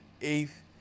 eighth